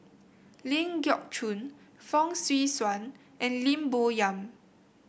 Ling Geok Choon Fong Swee Suan and Lim Bo Yam